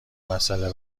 مسئله